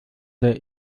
der